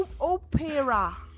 opera